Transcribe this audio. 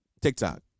TikTok